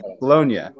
Bologna